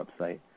website